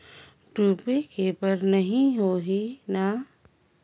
डूबे के बर नहीं होही न?